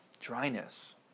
dryness